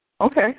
Okay